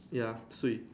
ya swee